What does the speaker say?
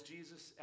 Jesus